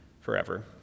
forever